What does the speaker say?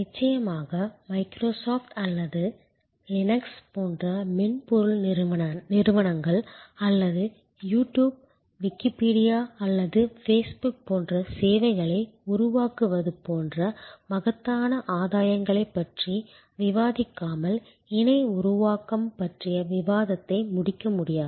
நிச்சயமாக மைக்ரோசாப்ட் அல்லது லினக்ஸ் போன்ற மென்பொருள் நிறுவனங்கள் அல்லது யூடியூப் விக்கிபீடியா அல்லது ஃபேஸ்புக் போன்ற சேவைகளை உருவாக்குவது போன்ற மகத்தான ஆதாயங்களைப் பற்றி விவாதிக்காமல் இணை உருவாக்கம் பற்றிய விவாதத்தை முடிக்க முடியாது